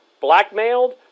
Blackmailed